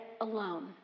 alone